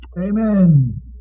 Amen